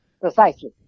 Precisely